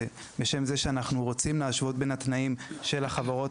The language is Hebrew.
בשם זה שאנחנו רוצים להשוות בין התנאים של החברות